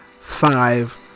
Five